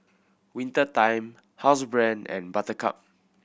Winter Time Housebrand and Buttercup